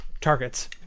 targets